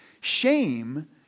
Shame